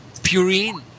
Purine